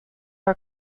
are